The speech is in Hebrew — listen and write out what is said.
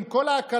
עם כל ההקלות,